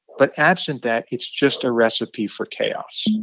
but absent that, it's just a recipe for chaos